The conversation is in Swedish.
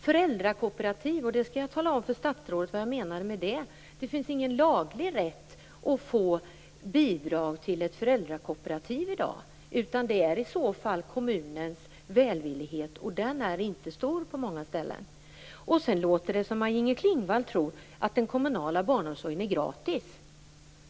Jag skall tala om för statsrådet vad jag menade när jag talade om föräldrakooperativen. Det finns ingen laglig rätt att få bidrag till ett föräldrakooperativ, utan i dag är det kommunens välvillighet som avgör, och den är inte stor på många ställen. Det låter som om Maj-Inger Klingvall tror att den kommunala barnomsorgen är gratis.